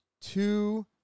two